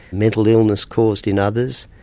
mental illness caused in others,